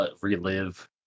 Relive